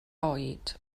oed